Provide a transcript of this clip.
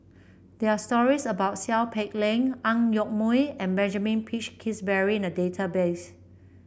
there are stories about Seow Peck Leng Ang Yoke Mooi and Benjamin Peach Keasberry in the database